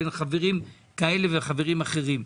בין חברים כאלה וחברים אחרים,